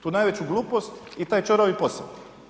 Tu najveću glupost i taj ćoravi posao.